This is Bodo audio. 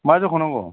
मा जौखौ नांगौ